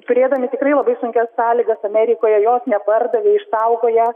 turėdami tikrai labai sunkias sąlygas amerikoje jos nepardavė išsaugoję